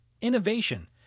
innovation